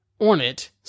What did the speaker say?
ornate